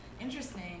Interesting